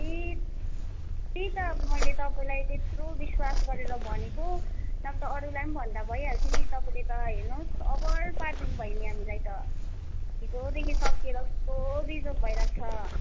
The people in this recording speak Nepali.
ए त्यही त मैले तपाईँलाई त्यत्रो विश्वास गरेर भनेको नभए त अरूलाई पनि भन्दा भइहाल्थ्यो नि तपाईँले त हेर्नुहोस् अभर पारिदिनु भयो नि हामीलाई त हिजोदेखि सकिएर कस्तो बिजोक भइरहेको छ